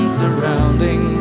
surrounding